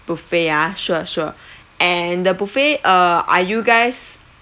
buffet ah sure sure and the buffet err are you guys